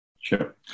Sure